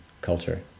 culture